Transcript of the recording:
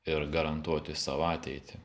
ir garantuoti savo ateitį